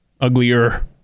Uglier